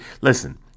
listen